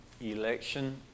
election